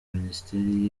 minisiteri